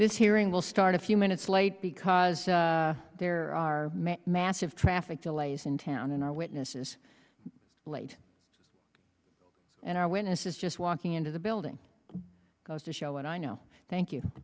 this hearing will start a few minutes late because there are massive traffic delays in town and our witness is late and our witness is just walking into the building goes to show what i know thank you